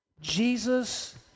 Jesus